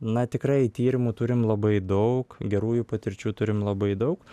na tikrai tyrimų turim labai daug gerųjų patirčių turim labai daug